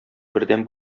бердәм